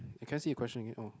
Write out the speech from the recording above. can I see the question again oh